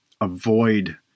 avoid